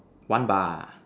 one bar